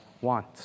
want